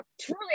truly